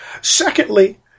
Secondly